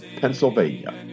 Pennsylvania